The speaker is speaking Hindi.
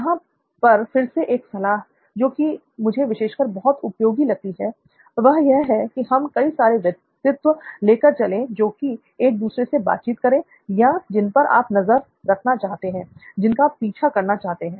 यहां पर फिर से एक सलाह जो कि मुझे विशेषकर बहुत उपयोगी लगती है वह यह कि हम कई सारे व्यक्तित्व लेकर चले जो कि एक दूसरे से बातचीत करें या जिन पर आप नजर रखना चाहते हैं या जिनका आप पीछा करना चाहते हैं